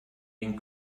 den